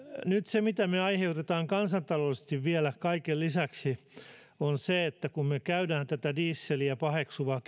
nyt se mitä me aiheutamme kansantaloudellisesti vielä kaiken lisäksi kun me käymme tätä dieseliä paheksuvaa